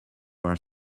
are